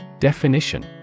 Definition